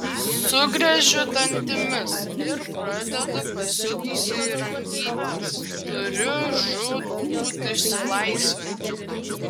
sugriežiu dantimis ir pradedu pasiutusiai rangytis turiu žūtbūt išsilaisvinti